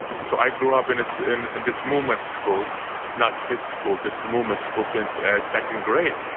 so i grew up in this in this movement school not his school, this movement school since second grade.